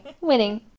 Winning